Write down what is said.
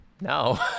No